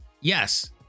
yes